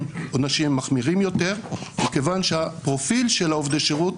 עונשים מחמירים יותר כיוון שהפרופיל של עובדי השירות